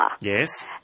Yes